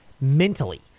mentally